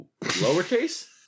lowercase